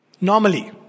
Normally